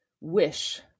wish